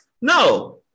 No